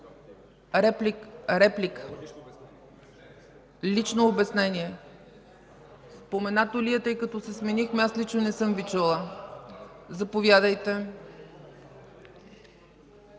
желаете? Лично обяснение ли? Споменато ли е, тъй като се сменихме и аз лично не съм Ви чула. Заповядайте.